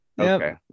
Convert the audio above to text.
Okay